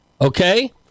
Okay